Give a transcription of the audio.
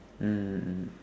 mm mm mm